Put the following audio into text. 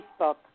Facebook